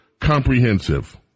comprehensive